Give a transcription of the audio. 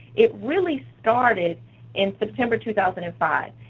it really started in september two thousand and five.